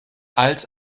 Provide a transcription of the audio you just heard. als